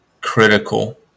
critical